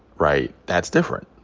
right, that's different.